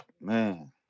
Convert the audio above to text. Man